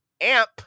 AMP